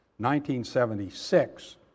1976